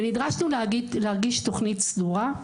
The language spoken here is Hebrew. ונדרשנו להגיש תוכנית סדורה,